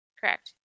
correct